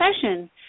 session